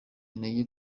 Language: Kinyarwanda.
intege